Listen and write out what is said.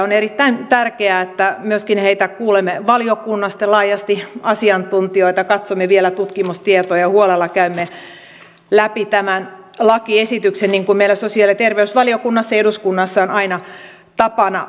on erittäin tärkeää että myöskin heitä kuulemme valiokunnassa laajasti asiantuntijoita katsomme vielä tutkimustietoja ja huolella käymme läpi tämän lakiesityksen niin kuin meillä sosiaali ja terveysvaliokunnassa ja eduskunnassa on aina tapana tehdä